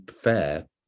fair